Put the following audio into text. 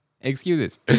excuses